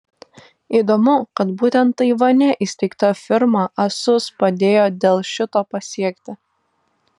įdomu kad būtent taivane įsteigta firma asus padėjo dell šito pasiekti